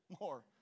more